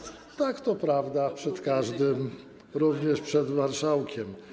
Tak, to prawda, przed każdym, również przed marszałkiem.